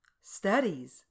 studies